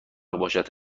باشد